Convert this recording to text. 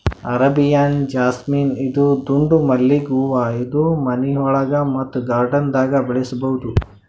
Arabian jasmine ಇದು ದುಂಡ್ ಮಲ್ಲಿಗ್ ಹೂವಾ ಇದು ಮನಿಯೊಳಗ ಮತ್ತ್ ಗಾರ್ಡನ್ದಾಗ್ ಬೆಳಸಬಹುದ್